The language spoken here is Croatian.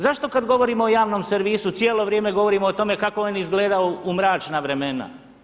Zašto kada govorimo o javnom servisu cijelo vrijeme govorimo o tome kako je on izgledao u mračna imena?